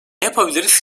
yapabilirsiniz